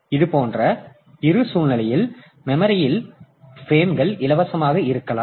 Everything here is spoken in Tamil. இது போன்ற ஒரு சூழ்நிலையில் மெமரியில் பிரேம்கள் இலவசமாக இருக்கலாம்